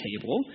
table